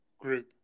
group